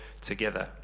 together